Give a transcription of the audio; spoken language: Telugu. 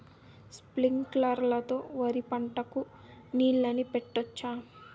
స్ప్రింక్లర్లు లో వరి పంటకు నీళ్ళని పెట్టొచ్చా?